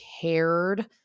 cared